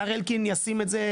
השר אלקין ישים את זה,